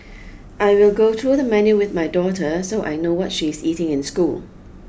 I will go through the menu with my daughter so I know what she is eating in school